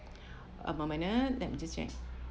a moment ah let me just check